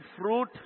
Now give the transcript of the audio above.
fruit